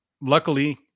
Luckily